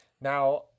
Now